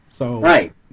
Right